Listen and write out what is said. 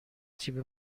تیم